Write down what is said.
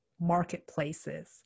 marketplaces